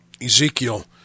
Ezekiel